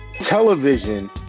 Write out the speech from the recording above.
television